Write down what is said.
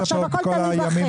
עכשיו הכול תלוי בכם.